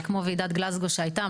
זה כמו ועידת גלזגו שהייתה.